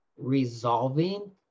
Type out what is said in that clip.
resolving